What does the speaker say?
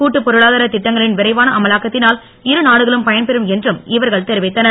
கூட்டு பொளாதார திட்டங்களின் விரைவான அமலாக்கத்தினால் இருநாடுகளும் பயன்பெறும் என்றும் இவர்கள் தெரிவித்தனர்